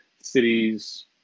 cities